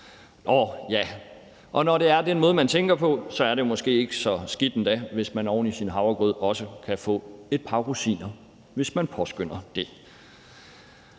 Når det er den måde, man tænker på, er det måske ikke så skidt endda, hvis man oven i sin havregrød også kan få et par rosiner, hvis man påskønner det.